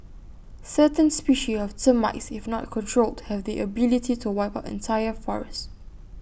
certain species of termites if not controlled have the ability to wipe out entire forests